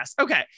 Okay